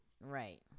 Right